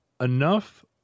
enough